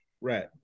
Right